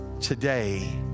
Today